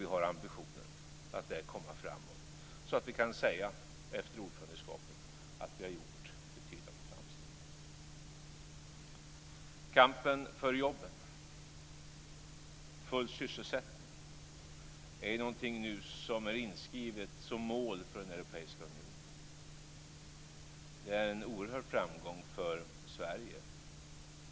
Vi har ambitionen att där komma framåt så att vi efter ordförandeskapet kan säga att vi har gjort betydande framsteg. Kampen för jobben, för full sysselsättning är någonting som är inskrivet som mål för den europeiska unionen. Det är en oerhörd framgång för Sverige.